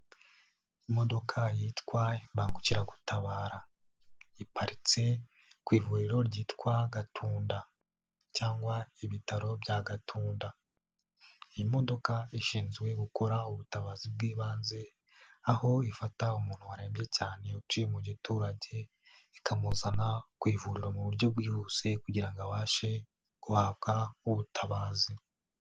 Imodoka yitwa imbangukiragutabara, iparitse ku ivuriro ryitwa Gatunda cyangwa Ibitaro bya Gatunda, iyi modoka ishinzwe gukora ubutabazi bw'ibanze aho ifata umuntu warembye cyane utuye mu giturage ikamuzana ku ivuriro mu buryo bwihuse kugira ngo abashe guhabwa ubutabazi.